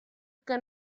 que